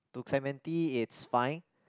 to Clementi its fine